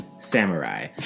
Samurai